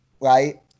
right